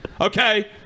Okay